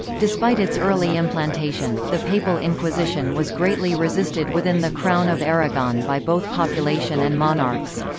despite its early implantation, the papal inquisition was greatly resisted within the crown of aragon by both population and monarchs.